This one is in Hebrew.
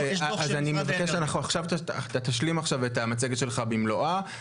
אני מבקש שעכשיו אתה תשלים את המצגת שלך במלואה,